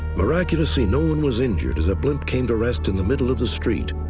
miraculously, no one was injured as the blimp came to rest in the middle of the street.